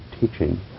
teaching